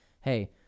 Hey